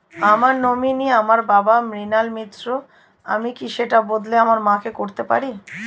আমার নমিনি আমার বাবা, মৃণাল মিত্র, আমি কি সেটা বদলে আমার মা কে করতে পারি?